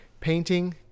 painting